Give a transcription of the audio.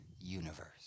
universe